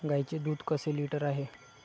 गाईचे दूध कसे लिटर आहे?